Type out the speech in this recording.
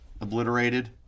obliterated